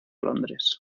londres